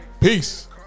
peace